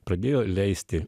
pradėjo leisti